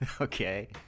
Okay